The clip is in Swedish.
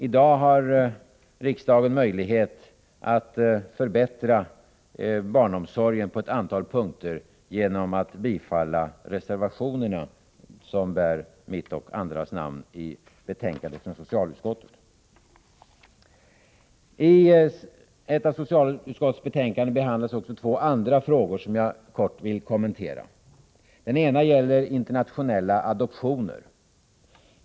I dag har riksdagen möjlighet att på ett antal punkter förbättra barnomsorgen genom att bifalla reservationerna som bär mitt och andras namn i betänkandet 23 från socialutskottet. I socialutskottets betänkanden behandlas också två andra frågor som jag kort vill kommentera. Den ena gäller internationella adoptioner.